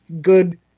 good